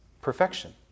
perfection